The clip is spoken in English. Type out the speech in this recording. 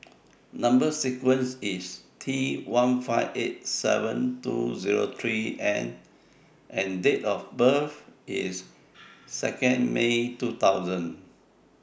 Number sequence IS T one five eight seven two Zero three N and Date of birth IS two May two thousand